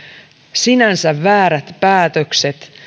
sinänsä väärät päätökset